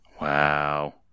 Wow